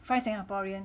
five singaporean